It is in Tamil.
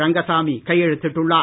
ரங்கசாமி கையெழுத்திட்டுள்ளார்